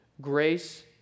grace